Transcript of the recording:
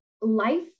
life